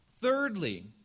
Thirdly